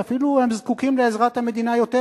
שאפילו הם זקוקים לעזרת המדינה יותר,